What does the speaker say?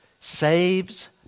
saves